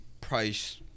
price